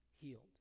healed